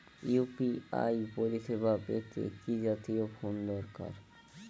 UPI পরিসেবা পেতে কি জাতীয় ফোন দরকার?